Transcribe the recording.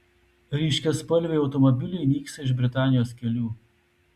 ryškiaspalviai automobiliai nyksta iš britanijos kelių